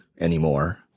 anymore